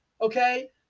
okay